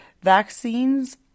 vaccines